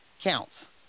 counts